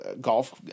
golf